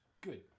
Good